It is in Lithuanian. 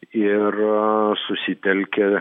ir susitelkė